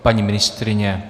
Paní ministryně?